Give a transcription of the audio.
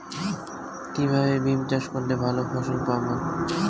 কিভাবে বিম চাষ করলে ভালো ফলন পাব?